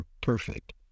perfect